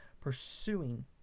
pursuing